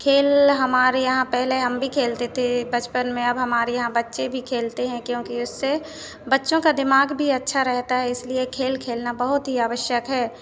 खेल हमारे यहाँ पहले हम भी खेलते थे बचपन में अब हमारे यहाँ बच्चे भी खेलते हैं क्योंकि उससे बच्चों का दिमाग भी अच्छा रहता है इसलिए खेल खेलना बहुत ही आवश्यक है